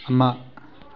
ꯑꯃ